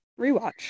rewatch